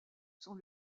sont